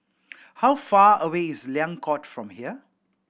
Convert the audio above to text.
how far away is Liang Court from here